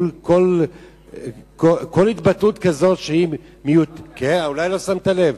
כל התבטאות כזאת, אולי לא שמת לב.